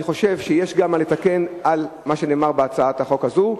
אני חושב שיש גם מה לתקן במה שנאמר בהצעת החוק הזאת,